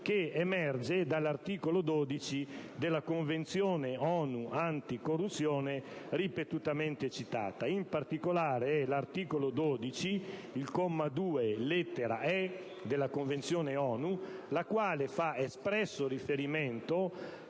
che emerge dall'articolo 12 della Convenzione ONU anticorruzione, ripetutamente citata, in particolare dall'articolo 12, comma 2, lettera *e)*, della Convenzione ONU, la quale fa espresso riferimento